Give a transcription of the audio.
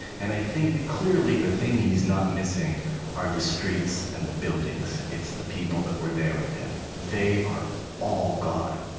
and i think, clearly, the thing he's not missing are the streets and the buildings, it's the people that were there with him. they are all gone.